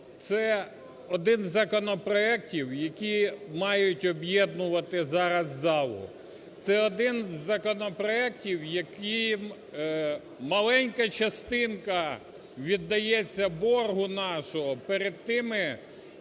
Це один із законопроектів, які мають об'єднувати зараз залу, це один із законопроектів, яким маленька частинка віддається боргу нашого перед тими,